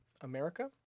America